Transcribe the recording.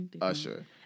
Usher